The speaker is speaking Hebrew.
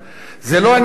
זה לא עניין טכני.